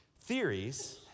Theories